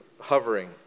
hovering